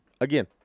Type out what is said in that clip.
Again